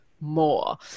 more